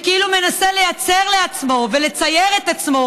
כאילו מנסה לייצר לעצמו ולצייר את עצמו